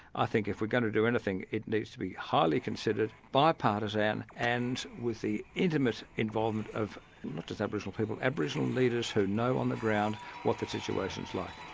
i think if we're going to do anything, it needs to be highly considered, bipartisan, and with the intimate involvement of not just aboriginal people, aboriginal leaders who know on the ground what the situation's like.